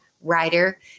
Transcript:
writer